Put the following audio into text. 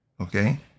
Okay